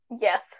Yes